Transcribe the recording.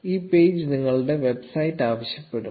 ഈ പേജ് നിങ്ങളുടെ വെബ്സൈറ്റ് ആവശ്യപ്പെടും